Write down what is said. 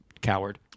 coward